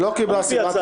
אני יודע שהוא מביא הצעה.